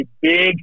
big